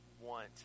want